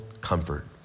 comfort